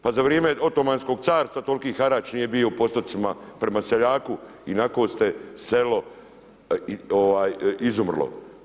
Pa za vrijeme Otomanskog carstva toliki harač nije bio u postotcima prema seljaku, ionako je selo izumrlo.